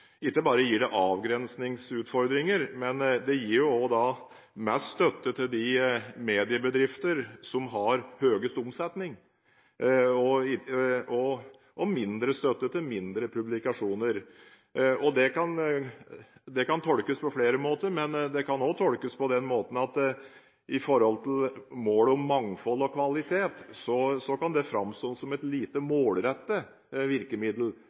gir jo også mest støtte til de mediebedrifter som har høyest omsetning, og mindre støtte til mindre publikasjoner. Det kan tolkes på flere måter, men det kan også framstå som et lite målrettet virkemiddel med tanke på målet om mangfold og kvalitet, og det er også noe vi må ha med oss i denne diskusjonen. For å overføre dette til elektroniske aviser, så vil det også, på samme måten som